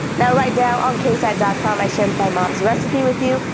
now right now on ksat dot com i share my mom's recipe with you,